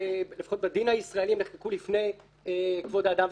שבדין הישראלי הן נחקקו לפני כבוד האדם,